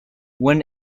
when